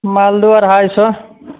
मालदह अढ़ाइ सए